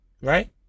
right